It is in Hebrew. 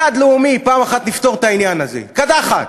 יעד לאומי, פעם אחת נפתור את העניין הזה, קדחת.